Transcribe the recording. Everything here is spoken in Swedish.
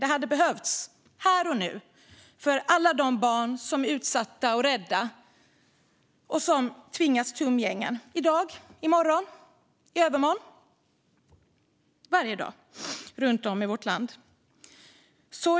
Det hade behövts här och nu för alla de barn som är utsatta och rädda och som tvingas till umgänge i dag, i morgon och i övermorgon - varje dag - runt om i vårt land.